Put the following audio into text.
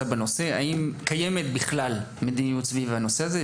בנושא והאם קיימת בכלל מדיניות סביב הנושא הזה,